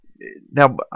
Now